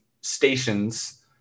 stations